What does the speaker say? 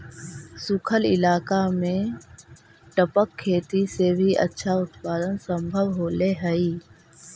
सूखल इलाका में टपक खेती से भी अच्छा उत्पादन सम्भव होले हइ